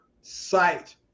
site